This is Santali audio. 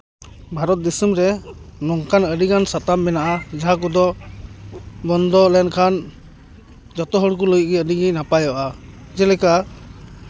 ᱵᱷᱟᱨᱚᱛ ᱫᱤᱥᱚᱢ ᱨᱮ ᱱᱚᱝᱠᱟᱱ ᱟᱹᱰᱤᱜᱟᱱ ᱥᱟᱛᱟᱢ ᱢᱮᱱᱟᱜᱼᱟ ᱡᱟᱦᱟᱸ ᱠᱚᱫᱚ ᱵᱚᱱᱫᱚ ᱞᱮᱱᱠᱷᱟᱱ ᱡᱚᱛᱚ ᱦᱚᱲ ᱠᱚ ᱞᱟᱹᱭ ᱜᱮᱭᱟ ᱟᱹᱰᱤᱜᱮ ᱱᱟᱯᱟᱭᱚᱜᱼᱟ ᱡᱮᱞᱮᱠᱟ